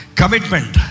commitment